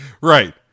Right